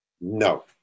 No